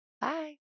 Bye